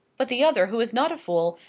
but the other who is not a fool,